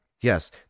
yes